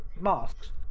masks